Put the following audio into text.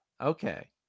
Okay